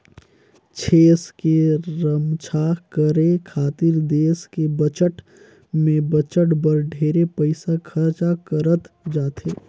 छेस के रम्छा करे खातिर देस के बजट में बजट बर ढेरे पइसा खरचा करत जाथे